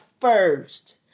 first